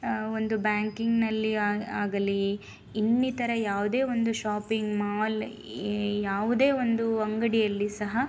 ಒಂದು ಬ್ಯಾಂಕಿಂಗ್ನಲ್ಲಿ ಆ ಆಗಲಿ ಇನ್ನಿತರ ಯಾವುದೇ ಒಂದು ಶಾಪಿಂಗ್ ಮಾಲ್ ಯ್ ಯಾವುದೇ ಒಂದು ಅಂಗಡಿಯಲ್ಲಿ ಸಹ